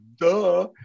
Duh